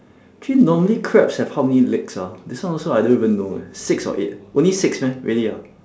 actually normally crabs have how many legs ah this one also I don't even know eh six or eight only six meh really ah